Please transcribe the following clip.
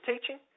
teaching